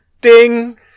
ding